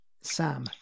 Sam